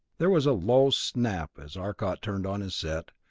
there was a low snap as arcot turned on his set,